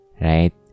right